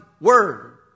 word